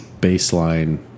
baseline